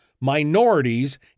minorities